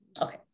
Okay